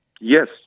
Yes